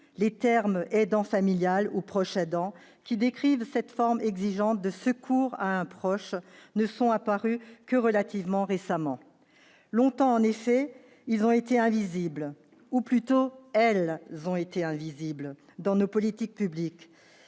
Les termes « aidant familial » ou « proche aidant » qui désignent ceux qui assurent cette forme exigeante de secours à un proche ne sont apparus que relativement récemment. Longtemps en effet ils- ou plutôt elles -ont été invisibles dans nos politiques publiques.